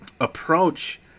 approach